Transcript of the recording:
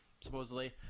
supposedly